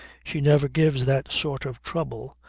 she never gives that sort of trouble.